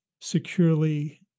securely